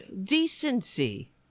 decency